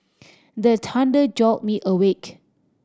the thunder jolt me awake